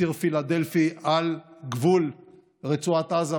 ציר פילדלפי על גבול רצועת עזה,